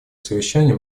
совещания